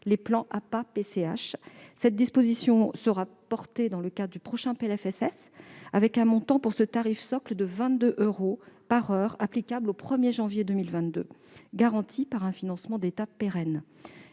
du handicap). Cette disposition sera portée dans le cadre du prochain PLFSS, avec un montant pour ce tarif socle de 22 euros par heure applicable à partir du 1 janvier 2022, garanti par un financement d'État pérenne.